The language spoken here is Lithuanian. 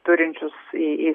turinčius į